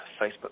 Facebook